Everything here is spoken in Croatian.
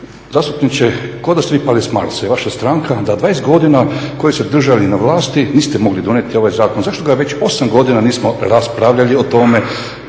zastupniče kao da ste vi pali s Marsa i vaša stranka da 20 godina koju ste držali na vlasti niste mogli donijeti ovaj zakon. Zašto ga već 8 godina nismo raspravljali o tome